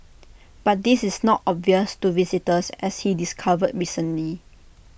but this is not obvious to visitors as he discovered recently